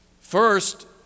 first